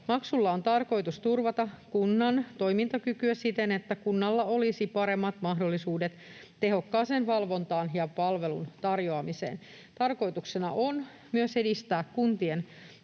Maksulla on tarkoitus turvata kunnan toimintakykyä siten, että kunnalla olisi paremmat mahdollisuudet tehokkaaseen valvontaan ja palvelun tarjoamiseen. Tarkoituksena on myös edistää kuntien